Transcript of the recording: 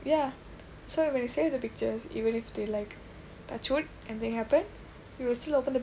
ya so when you save the pictures even if they like touch wood anything happen you will still open the picture and then you'll